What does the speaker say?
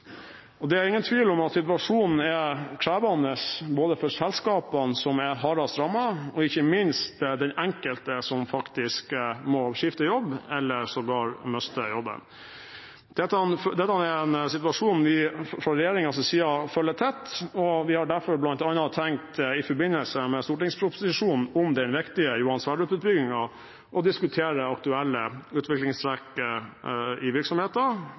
stabil. Det er ingen tvil om at situasjonen er krevende for selskapene som er hardest rammet, og ikke minst for den enkelte, som faktisk må skifte jobb eller sågar mister jobben. Dette er en situasjon vi fra regjeringens side følger tett, og vi har derfor bl.a. tenkt i forbindelse med stortingsproposisjonen om den viktige Johan Sverdrup-utbyggingen å diskutere aktuelle utviklingstrekk i